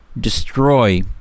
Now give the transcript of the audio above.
destroy